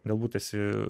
galbūt esi